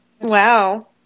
Wow